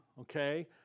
okay